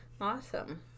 Awesome